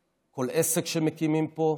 כל עסק שמקימים פה,